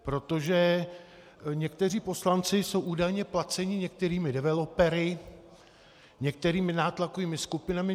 Protože někteří poslanci jsou údajně placeni některými developery, některými nátlakovými skupinami.